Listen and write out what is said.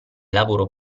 lavoro